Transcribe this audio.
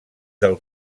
del